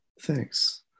Thanks